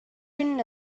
written